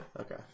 Okay